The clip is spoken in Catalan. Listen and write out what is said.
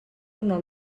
una